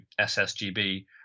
SSGB